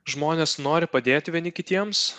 žmonės nori padėti vieni kitiems